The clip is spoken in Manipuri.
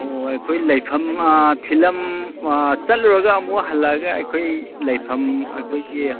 ꯑꯣ ꯑꯩꯈꯣꯏ ꯂꯩꯐꯝ ꯑꯥ ꯐꯤꯂꯝ ꯑꯥ ꯆꯠꯂꯨꯔꯒ ꯑꯃꯨꯛ ꯍꯜꯂꯛꯂꯒ ꯑꯩꯈꯣꯏ ꯂꯩꯐꯝ ꯑꯩꯈꯣꯏꯒꯤ